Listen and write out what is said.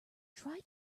try